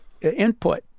input